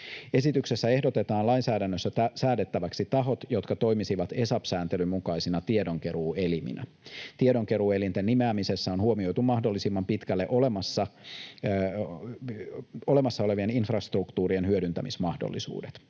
Esityksessä ehdotetaan lainsäädännössä säädettäväksi tahot, jotka toimisivat ESAP-sääntelyn mukaisina tiedonkeruueliminä. Tiedonkeruuelinten nimeämisessä on huomioitu mahdollisimman pitkälle olemassa olevien infrastruktuurien hyödyntämismahdollisuudet.